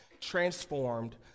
transformed